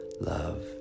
love